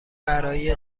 برای